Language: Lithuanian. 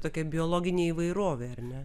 tokia biologinė įvairovė ar ne